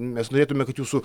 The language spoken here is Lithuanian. mes norėtume kad jūsų